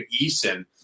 Eason